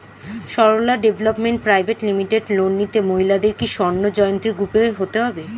Sarala development private limited loan নিতে মহিলাদের কি স্বর্ণ জয়ন্তী গ্রুপে হতে হবে?